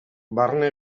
barne